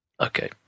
Okay